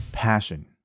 passion